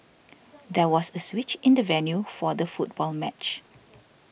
there was a switch in the venue for the football match